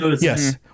yes